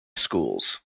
schools